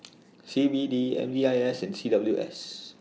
C B D M D I S and C W S